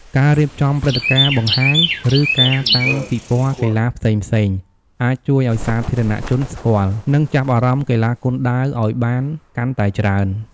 ការរៀបចំព្រឹត្តិការណ៍បង្ហាញ ឬការតាំងពិព័រណ៍កីឡាផ្សេងៗ អាចជួយឱ្យសាធារណជនស្គាល់ និងចាប់អារម្មណ៍កីឡាគុនដាវអោយបានកាន់តែច្រើន។